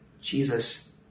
Jesus